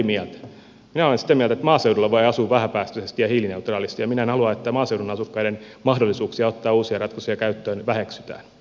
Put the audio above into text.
minä olen sitä mieltä että maaseudulla voi asua vähäpäästöisesti ja hiilineutraalisti ja minä en halua että maaseudun asukkaiden mahdollisuuksia ottaa uusia ratkaisuja käyttöön väheksytään